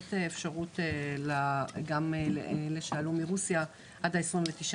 נתנו את אפשרות גם למי שעלה מרוסיה עד לתאריך ה-29